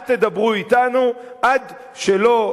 אל תדברו אתנו עד שלא,